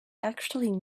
actually